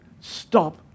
stop